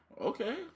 Okay